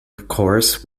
course